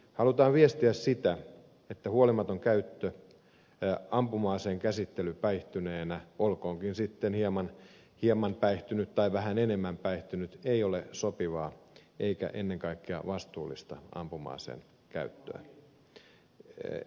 halutaan viestiä sitä että huolimaton käyttö ampuma aseen käsittely päihtyneenä olkoonkin sitten hieman päihtynyt tai vähän enemmän päihtynyt ei ole sopivaa eikä ennen kaikkea vastuullista ampuma aseen käyttöä